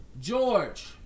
George